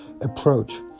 approach